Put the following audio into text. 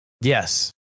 Yes